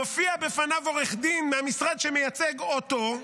מופיע בפניו עורך דין מהמשרד שמייצג, אותו,